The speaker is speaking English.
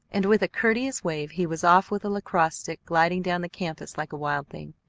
and with a courteous wave he was off with a lacrosse stick, gliding down the campus like a wild thing.